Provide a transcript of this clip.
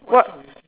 what